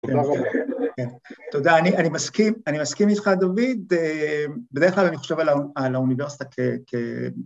‫תודה רבה. ‫-תודה. אני מסכים, אני מסכים איתך, דוד. ‫בדרך כלל אני חושב על האוניברסיטה ‫כ...